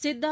Siddha